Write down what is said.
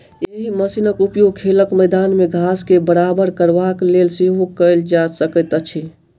एहि मशीनक उपयोग खेलक मैदान मे घास के बराबर करबाक लेल सेहो कयल जा सकैत अछि